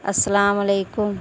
السلام علیکم